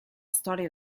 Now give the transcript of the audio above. storia